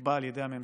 נקבע על ידי הממשלה.